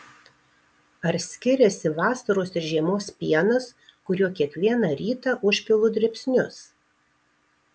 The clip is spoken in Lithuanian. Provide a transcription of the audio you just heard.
ar skiriasi vasaros ir žiemos pienas kuriuo kiekvieną rytą užpilu dribsnius